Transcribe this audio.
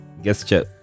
gesture